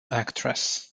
actress